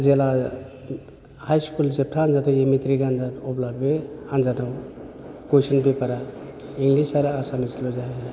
जेला high school जोबथा आन्जाद होयो मेट्रिक आन्जाद अब्ला बे आन्जादाव कुइसन पेपारा इंलिस आरो एसामिसल' जायो